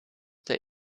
der